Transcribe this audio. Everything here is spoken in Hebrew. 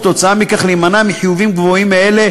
וכתוצאה מכך להימנע מחיובים גבוהים מאלה